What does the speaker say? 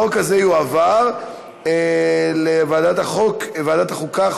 החוק הזה יועבר לוועדת החוקה,